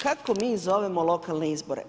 Kako mi zovemo lokalne izbore?